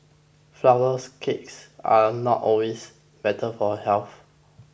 Flourless Cakes are not always better for health